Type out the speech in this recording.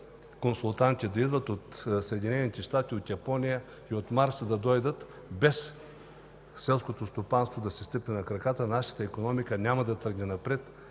консултанти да идват от Съединените щати и Япония. И от Марс да дойдат, без селското стопанство да си стъпи на краката, нашата икономика няма да тръгне напред.